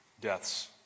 deaths